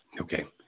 Okay